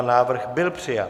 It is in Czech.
Návrh byl přijat.